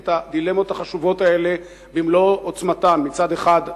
את הדילמות החשובות האלה במלוא עוצמתן: מצד אחד,